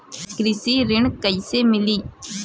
कृषि ऋण कैसे मिली?